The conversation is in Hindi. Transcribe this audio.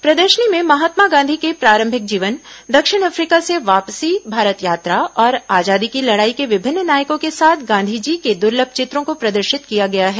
प्रदर्शनी में महात्मा गांधी के प्रारंभिक जीवन दक्षिण अफ्रीका से वापसी भारत यात्रा और आजादी की लड़ाई के विभिन्न नायकों के साथ गांधी जी के दुर्लभ चित्रों को प्रदर्शित किया गया है